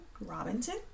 Robinson